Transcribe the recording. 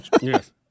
Yes